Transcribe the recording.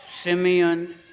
Simeon